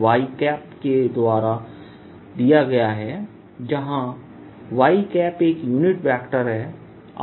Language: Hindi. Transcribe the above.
y के बराबर दिया गया है है जहां y एक यूनिट वेक्टर है